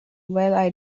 well—i